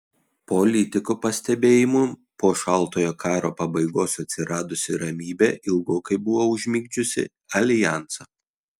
politiko pastebėjimu po šaltojo karo pabaigos atsiradusi ramybė ilgokai buvo užmigdžiusi aljansą